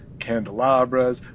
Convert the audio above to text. candelabras